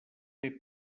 fer